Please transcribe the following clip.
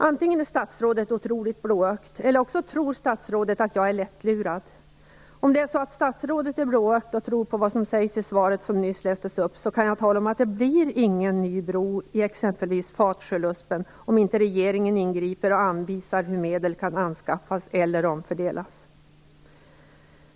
Antingen är statsrådet otroligt blåögd eller också tror statsrådet att jag är lättlurad. Om statsrådet är blåögd och tror på vad som sägs i det svar som hon nyss läste upp, kan jag tala om att det inte blir någon ny bro i exempelvis Fatsjöluspen om inte regeringen ingriper och anvisar hur medel kan anskaffas eller omfördelas.